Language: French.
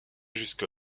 jusque